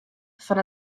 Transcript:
fan